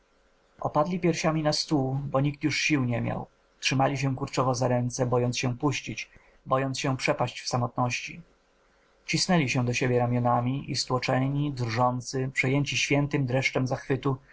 opadli piersiami na stół bo nikt już sił nie miał trzymali się kurczowo za ręce bojąc się puścić bojąc się przepaść w samotności cisnęli się do siebie ramionami i stłoczeni drżący przejęci świętym dreszczem zachwytu